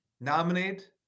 nominate